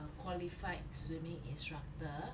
a qualified swimming instructor